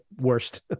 worst